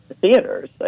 theaters